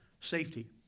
safety